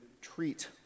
treat